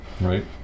Right